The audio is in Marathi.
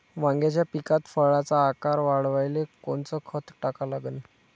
वांग्याच्या पिकात फळाचा आकार वाढवाले कोनचं खत टाका लागन?